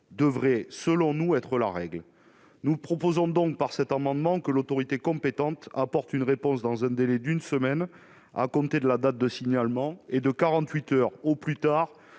devrait selon nous être la règle. Nous proposons donc par cet amendement que l'autorité compétente soit tenue d'apporter une réponse dans un délai d'une semaine à compter de la date de signalement, et de quarante-huit heures au plus